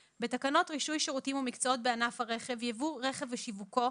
5. בתקנות רישוי שירותים ומקצועות בענף הרכב (ייבוא רכב ושיווקו,